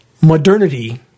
Modernity